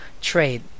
trade